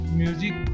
music